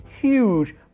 Huge